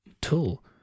Tool